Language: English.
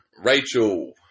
Rachel